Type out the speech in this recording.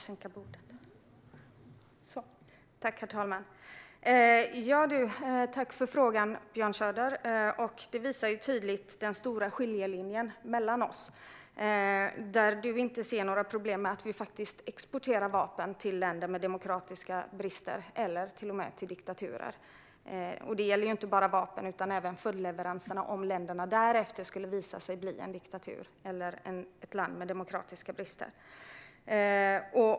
Herr talman! Tack, Björn Söder, för frågan! Den visar tydligt den stora skiljelinjen mellan oss. Du ser inga problem med att vi exporterar vapen till länder med demokratiska brister eller till och med till diktaturer. Detta gäller heller inte bara vapen utan även följdleveranser, om landet i fråga därefter skulle visa sig bli en diktatur eller ett land med demokratiska brister.